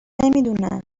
نمیدونه